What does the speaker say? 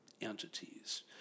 entities